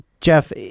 Jeff